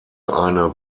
eine